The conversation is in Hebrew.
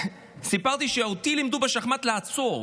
סיפרתי שאותי לימדו בשחמט לעצור,